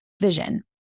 vision